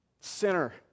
Sinner